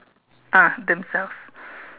ah themselves